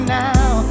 now